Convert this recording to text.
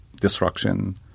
destruction